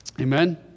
Amen